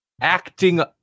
acting